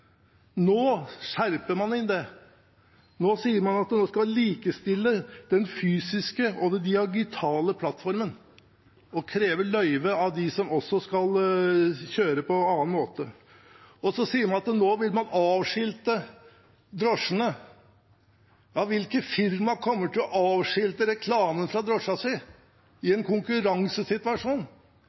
Nå skjerper man inn det. Nå sier man at man skal likestille den fysiske og den digitale plattformen og kreve løyve også av de som skal kjøre på annen måte. Man sier at nå vil man avskilte drosjene. Hvilke firmaer kommer til å avskilte, fjerne reklamen fra drosjen sin i en konkurransesituasjon?